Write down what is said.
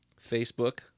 Facebook